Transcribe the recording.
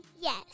yes